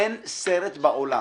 אין סרט בעולם